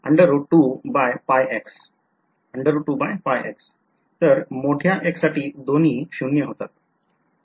तर मोठ्या X साठी दोन्ही शून्य होतात